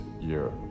year